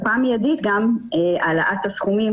כמה אנשים ירדו ב-466 שקלים?